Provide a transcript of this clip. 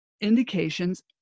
indications